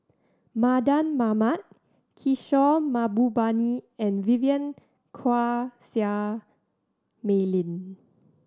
Mardan Mamat Kishore Mahbubani and Vivien Quahe Seah Mei Lin